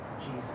Jesus